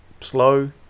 slow